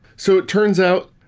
so it turns out,